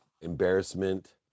embarrassment